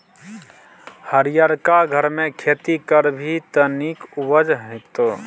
हरियरका घरमे खेती करभी त नीक उपजा हेतौ